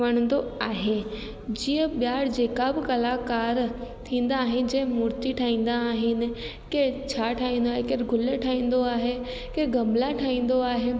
वणंदो आहे जीअं ॿिया जेका बि कलाकार थींदी आहिनि जंहिं मूर्ति ठाहींदा आहिनि केरु छा ठाहींदो आहे केरु गुल ठाहींदो आहे केरु गमला ठाहींदो आहे